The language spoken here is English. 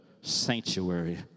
sanctuary